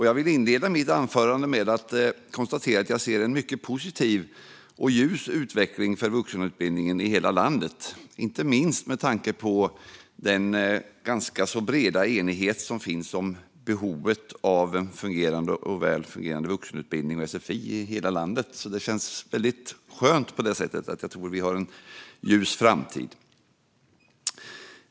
Jag vill inleda mitt anförande med att konstatera att jag ser en mycket positiv och ljus utveckling för vuxenutbildningen i hela landet, inte minst med tanke på den ganska breda enighet som finns om behovet av välfungerande vuxenutbildning och sfi i hela landet. Det känns väldigt skönt på det sättet. Jag tror att vi har en ljus framtid.